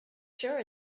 sure